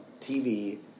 TV